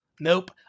Nope